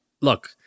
look